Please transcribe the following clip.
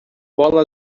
bola